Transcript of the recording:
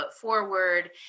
forward